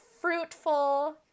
fruitful